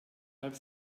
halb